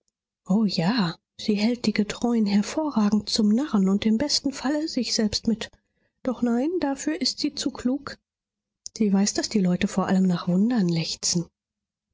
o ja sie hält die getreuen hervorragend zum narren und im besten falle sich selbst mit doch nein dafür ist sie zu klug sie weiß daß die leute vor allem nach wundern lechzen